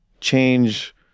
Change